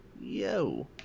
Yo